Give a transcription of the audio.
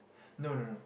no no no